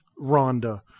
Rhonda